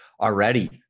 already